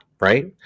right